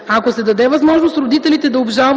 Ако се даде възможност родителите да обжалват